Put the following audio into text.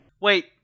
Wait